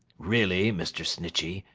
really, mr. snitchey,